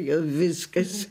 jau viskas